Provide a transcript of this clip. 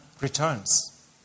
returns